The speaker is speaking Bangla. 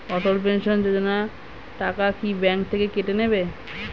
অটল পেনশন যোজনা টাকা কি ব্যাংক থেকে কেটে নেবে?